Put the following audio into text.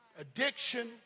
addiction